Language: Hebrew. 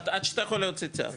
עד שאתה יכול להוציא צו.